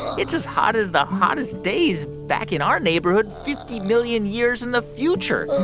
it's as hot as the hottest days back in our neighborhood fifty million years in the future.